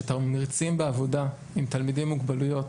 שתמריצים בעבודה עם תלמידים עם מוגבלויות,